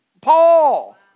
Paul